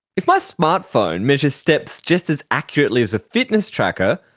if my smartphone measures steps just as accurately as a fitness tracker,